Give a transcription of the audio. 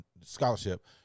scholarship